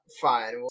fine